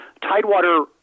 Tidewater